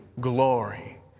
glory